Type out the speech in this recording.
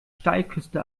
steilküste